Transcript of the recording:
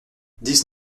dix